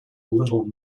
little